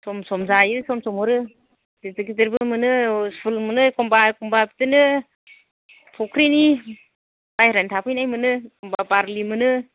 सम सम जायो सम सम हरो गिदिर गिदिरबो मोनो सुल मोनो एखमबा एखमबा बिदिनो फुख्रिनि बाहेरानि थाफैनाय मोनो एखमबा बारलि मोनो